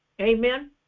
amen